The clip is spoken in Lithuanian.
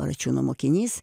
račiūno mokinys